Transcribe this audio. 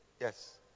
yes